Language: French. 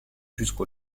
jusqu’au